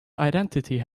identity